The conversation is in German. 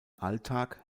alltag